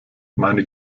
meine